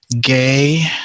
gay